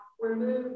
remove